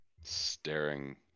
Staring